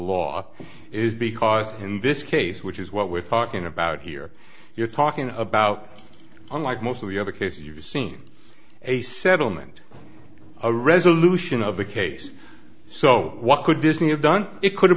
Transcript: law is because in this case which is what we're talking about here you're talking about unlike most of the other cases you've seen a settlement a resolution of the case so what could this new have done it could have